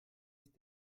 ist